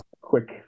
quick